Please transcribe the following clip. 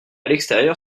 l’extérieur